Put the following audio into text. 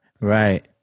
Right